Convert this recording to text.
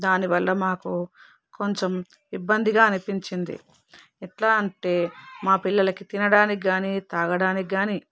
దానివల్ల మాకు కొంచెం ఇబ్బందిగా అనిపించింది ఎట్లా అంటే మా పిల్లలకి తినడానికి కాని తాగడానికి కాని